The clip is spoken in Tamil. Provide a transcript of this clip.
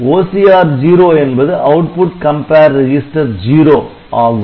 OCR0 என்பது அவுட்புட் கம்பேர் ரெஜிஸ்டர் 0 ஆகும்